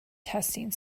testing